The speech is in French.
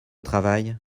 travail